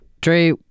Dre